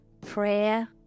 prayer